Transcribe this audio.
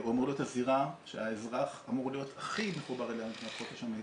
אמור להיות הזירה שהאזרח אמור להיות הכי מחובר אליה מבחינת חופש המידע.